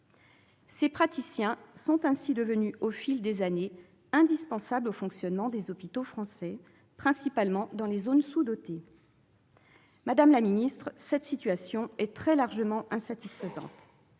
Ces praticiens sont ainsi devenus au fil des années indispensables au fonctionnement des hôpitaux français, principalement dans les zones sous-dotées. Madame la secrétaire d'État, cette situation est très largement insatisfaisante.